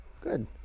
Good